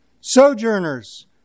sojourners